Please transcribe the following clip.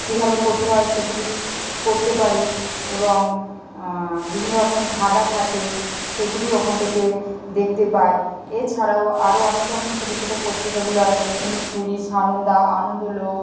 কীভাবে করতে হয় সেগুলি করতে পারি এবং বিভিন্ন রকম ধাঁধা থাকে সেগুলি ওখান থেকে দেখতে পাই এছাড়াও আরও অনেক রকম ছোটো ছোটো পত্রিকাগুলো আসে উনিশ কুড়ি সানন্দা আনন্দলোক